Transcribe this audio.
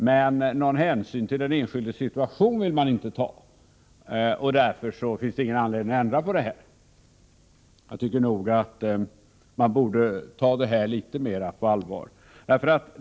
Men någon hänsyn till den enskildes situation vill man inte ta, och därför skulle det inte finnas någon anledning att ändra på förhållandena. Jag tycker att man borde ta frågan litet mera på allvar.